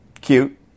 Cute